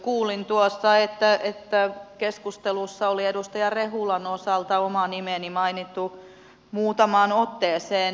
kuulin tuossa että keskustelussa oli edustaja rehulan osalta oma nimeni mainittu muutamaan otteeseen